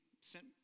sent